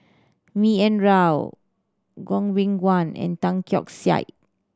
B N Rao Goh Beng Kwan and Tan Keong Saik